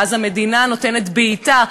ואז המדינה נותנת בעיטה.